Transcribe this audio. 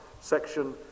section